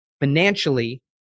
financially